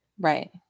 Right